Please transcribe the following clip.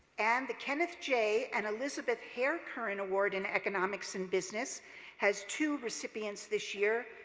and the kenneth j. and elizabeth hare curran award in economics and business has two recipients this year,